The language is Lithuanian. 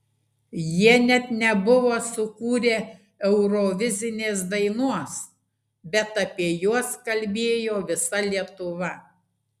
jie net nebuvo sukūrę eurovizinės dainos bet apie juos kalbėjo visa lietuva